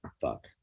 Fuck